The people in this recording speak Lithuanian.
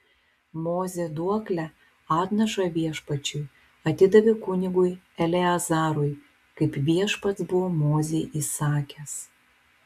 mozė duoklę atnašą viešpačiui atidavė kunigui eleazarui kaip viešpats buvo mozei įsakęs